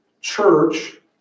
church